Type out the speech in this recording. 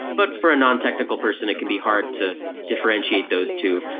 but for a non-technical person it can be hard to differentiate those two.